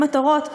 לפי מטרות,